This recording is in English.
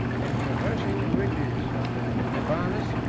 in traversing the ridges of the libanus,